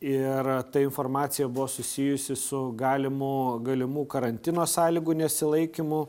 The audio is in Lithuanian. ir ta informacija buvo susijusi su galimu galimų karantino sąlygų nesilaikymu